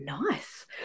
nice